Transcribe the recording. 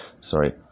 Sorry